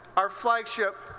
our flagship,